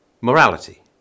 morality